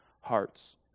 hearts